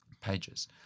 pages